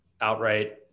outright